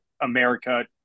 America